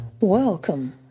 Welcome